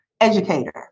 educator